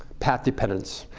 path dependence.